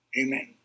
Amen